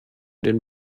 den